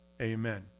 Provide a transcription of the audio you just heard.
amen